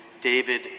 David